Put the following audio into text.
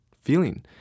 feeling